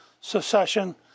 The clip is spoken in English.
secession